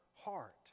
heart